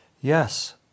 Yes